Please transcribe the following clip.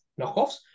knockoffs